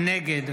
נגד